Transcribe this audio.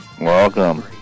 Welcome